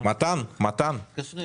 תוכל